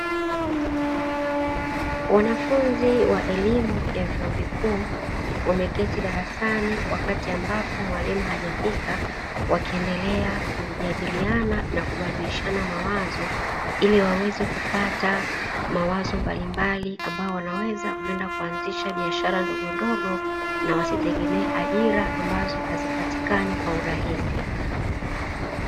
Wanafunzi wa elimu ya vyuo vikuu wameketi darasani wakati ambapo mwalimu hajafika wakiendelea kujadiliana na kubadilishana mawazo ili waweze kupata mawazo mbalimbali ambao wanaweza kwenda kuanzisha biashara ndogondogo na wasitegemee ajira ambazo hazipatikani kwa urahisi.